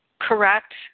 correct